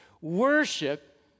Worship